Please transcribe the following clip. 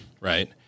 Right